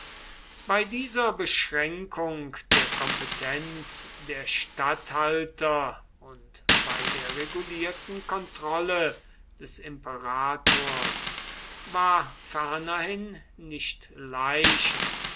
bei dieser beschränkung der kompetenz der statthalter und bei der regulierten kontrolle des imperators war fernerhin nicht leicht